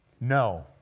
No